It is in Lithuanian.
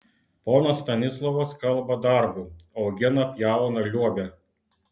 ponas stanislovas kalba darbu augina pjauna liuobia